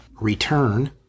return